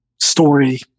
story